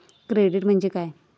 Credit म्हणजे काय?